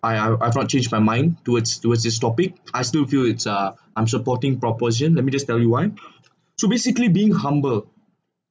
I uh I 突然 changed my mind towards towards this topic I still feel it's ah I'm supporting proportion let me just tell you why so basically being humble